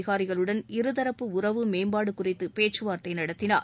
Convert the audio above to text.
அதிகாரிகளுடன் இருதரப்பு உறவு மேம்பாடு குறித்து பேச்சுவா்த்தை நடத்தினார்